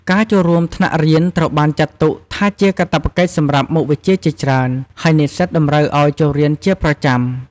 ការចូលរួមថ្នាក់រៀនត្រូវបានចាត់ទុកថាជា កាតព្វកិច្ចសម្រាប់មុខវិជ្ជាជាច្រើន ហើយនិស្សិតតម្រូវឱ្យចូលរៀនជាប្រចាំ។